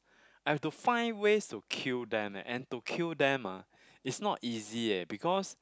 I have to find ways to kill them eh and to kill them ah is not easy eh because